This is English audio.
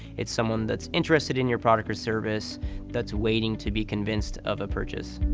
it's someone that's interested in your product or service that's waiting to be convinced of a purchase.